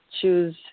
choose